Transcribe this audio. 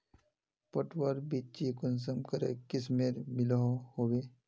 पटवार बिच्ची कुंसम करे किस्मेर मिलोहो होबे?